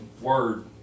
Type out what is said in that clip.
word